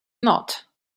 not